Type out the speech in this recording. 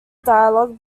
dialogue